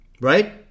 right